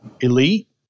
elite